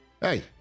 Hey